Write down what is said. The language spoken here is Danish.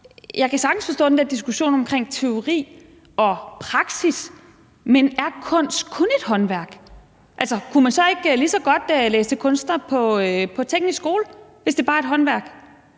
Jeg kan sagtens forstå den der diskussion omkring teori og praksis, men er kunst kun et håndværk? Altså, kunne man så ikke lige så godt læse kunst på teknisk skole, hvis det bare er et håndværk?